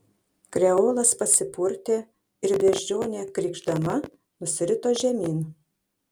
kreolas pasipurtė ir beždžionė krykšdama nusirito žemyn